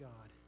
God